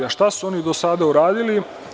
A šta su oni do sada uradili?